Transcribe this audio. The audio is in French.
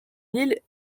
l’île